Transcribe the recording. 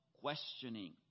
questioning